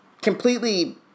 completely